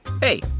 hey